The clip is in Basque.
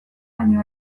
baino